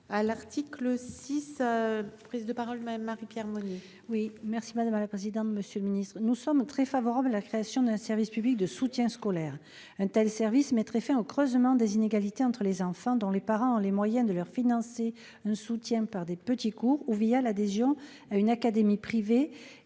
l'article 5. La parole est à Mme Marie-Pierre Monier, sur l'article. Nous sommes très favorables à la création d'un service public de soutien scolaire. Un tel service mettrait fin au creusement des inégalités entre les enfants dont les parents ont les moyens de financer un soutien par des petits cours ou l'adhésion à une académie privée,